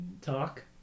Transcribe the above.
talk